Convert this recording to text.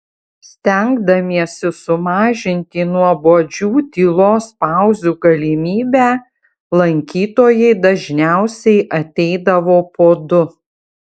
stengdamiesi sumažinti nuobodžių tylos pauzių galimybę lankytojai dažniausiai ateidavo po du